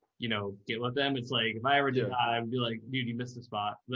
you know, get with them. it's like, if i ever do it, i'd be like, dude, you missed a spot,